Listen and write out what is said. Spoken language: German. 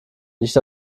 nicht